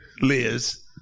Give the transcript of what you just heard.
Liz